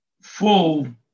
full